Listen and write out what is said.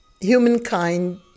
humankind